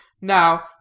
Now